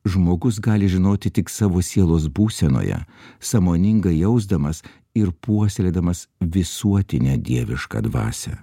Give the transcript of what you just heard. žmogus gali žinoti tik savo sielos būsenoje sąmoningai jausdamas ir puoselėdamas visuotinę dievišką dvasią